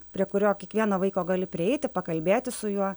prie kurio kiekvieno vaiko gali prieiti pakalbėti su juo